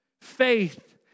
Faith